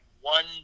one